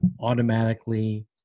automatically